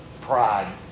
pride